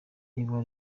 niba